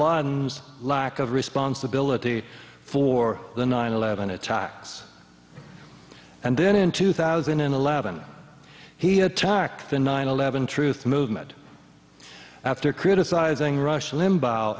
laden's lack of responsibility for the nine eleven attacks and then in two thousand and eleven he attacked the nine eleven truth movement after criticizing rush limbaugh